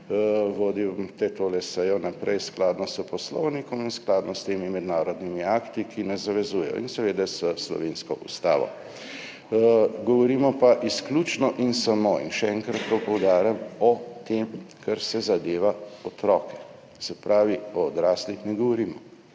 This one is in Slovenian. vodite to sejo naprej skladno s poslovnikom in skladno s temi mednarodnimi akti, ki nas zavezujejo, in seveda s slovensko ustavo. Govorimo pa izključno, in samo in še enkrat to poudarjam, o tem, kar zadeva otroke, se pravi, o odraslih ne govorimo.